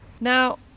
Now